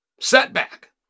setback